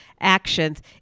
actions